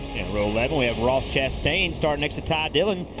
and row eleven we have ross chastain starting next to ty dillon.